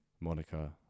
Monica